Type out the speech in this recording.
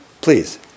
Please